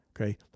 Okay